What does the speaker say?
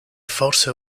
force